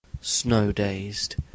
snow-dazed